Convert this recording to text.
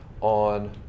on